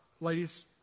Ladies